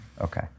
Okay